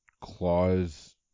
claws